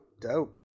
dope